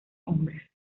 hombres